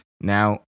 Now